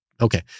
Okay